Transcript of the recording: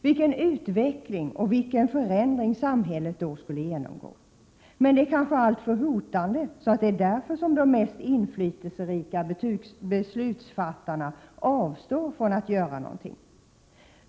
Vilken utveckling och vilken förändring samhället då skulle genomgå. Men det kanske är alltför hotande och att det är därför de mest inflytelserika beslutsfattarna avstår från att göra något.